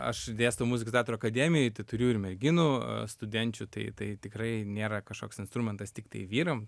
aš dėstau muziką teatro akademijoj tai turiu ir merginų studenčių tai tai tikrai nėra kažkoks instrumentas tiktai vyram